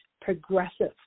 progressive